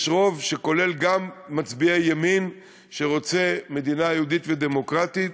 יש רוב שכולל גם מצביעי ימין שרוצה מדינה יהודית ודמוקרטית,